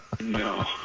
No